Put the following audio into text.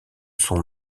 son